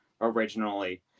originally